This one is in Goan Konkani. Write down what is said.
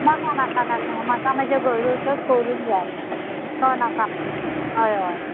नाका नाका नाका म्हाका म्हजे घर वचत करूंक जाय तो नाका म्हाका हय हय